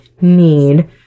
need